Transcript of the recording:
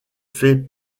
fait